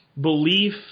belief